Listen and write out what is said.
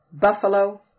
Buffalo